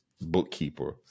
bookkeeper